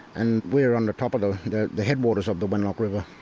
and we're on the top of the the the headwaters of the wenlock river,